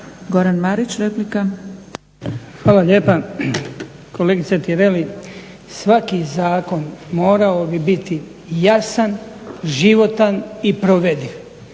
Goran (HDZ)** Hvala lijepa. Kolegice Tireli, svaki zakon morao bi biti jasan, životan i provediv.